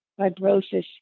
fibrosis